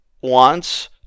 wants